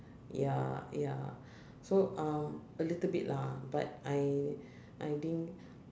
ya ya so um a little bit lah but I I didn't